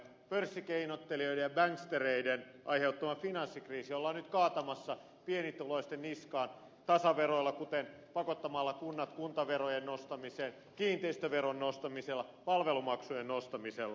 pörssikeinottelijoiden ja bankstereiden aiheuttama finanssikriisi ollaan nyt kaatamassa pienituloisten niskaan tasaveroilla kuten pakottamalla kunnat kuntaverojen nostamiseen kiinteistöveron nostamisella palvelumaksujen nostamisella